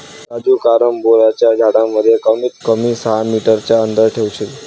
राजू कारंबोलाच्या झाडांमध्ये कमीत कमी सहा मीटर चा अंतर ठेवशील